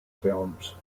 films